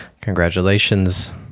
Congratulations